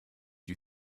you